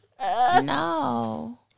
No